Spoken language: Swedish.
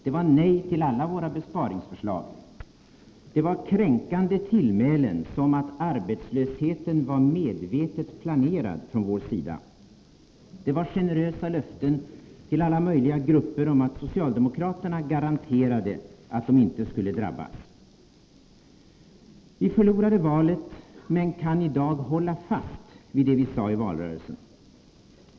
Det var nej till alla våra besparingsförslag. Det var kränkande tillmälen som att arbetslösheten var medvetet planerad från vår sida. Det var generösa löften till alla möjliga grupper om att socialdemokraterna garanterade att de inte skulle drabbas. Vi förlorade valet men kan i dag hålla fast vid vad vi sade i valrörelsen.